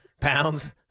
pounds